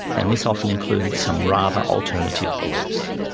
and this often includes some rather alternative beliefs.